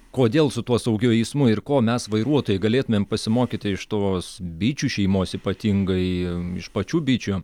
kodėl su tuo saugiu eismu ir ko mes vairuotojai galėtumėm pasimokyti iš tos bičių šeimos ypatingai iš pačių bičių